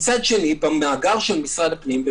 מצד שני במאגר של משרד הפנים,